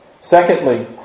secondly